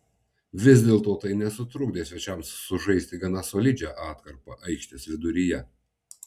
vis dėlto tai nesutrukdė svečiams sužaisti gana solidžią atkarpą aikštės viduryje